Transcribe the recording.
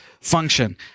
function